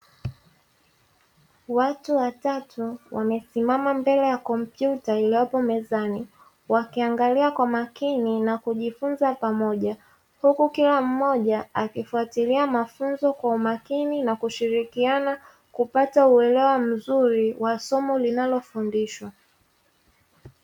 Watu watatu wamesimama mbele ya kompyuta iliopo mezani wakiangalia kwa makini na kujifunza pamoja, huku kila mmoja akifutailia mafunzo kwa umakini na kushirikiana kupata uelewa mzuri wa somo linalo fundishwa.